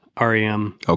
REM